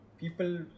people